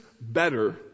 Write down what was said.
better